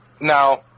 Now